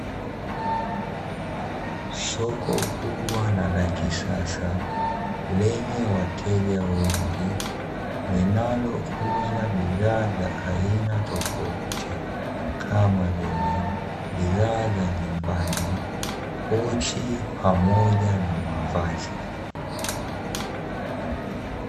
Soko kubwa na la kisasa, lenye wateja wengi linalo uza bidhaa za aina tofauti, kama vile bidhaa za nyumbani, pochi pamoja na mavazi.